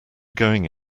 going